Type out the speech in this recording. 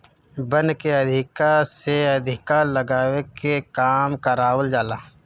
वन के अधिका से अधिका लगावे के काम करवावल जाला